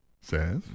says